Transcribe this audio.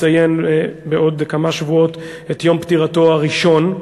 ובעוד כמה שבועות נציין את יום פטירתו הראשון,